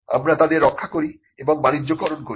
আমরা তাদের রক্ষা করি এবং বাণিজ্যকরণ করি